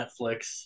Netflix